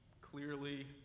Clearly